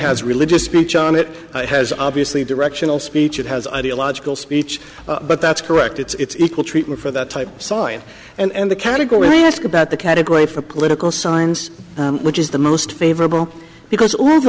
has religious speech on it has obviously directional speech it has ideological speech but that's correct it's equal treatment for that type sawing and the category i ask about the category for political signs which is the most favorable because all